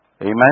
Amen